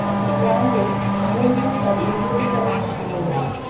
গ্রামে বন্যা বা দুর্গতিকালীন সময়ে